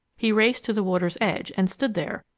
he raced to the water's edge and stood there,